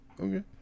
Okay